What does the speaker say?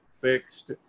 fixed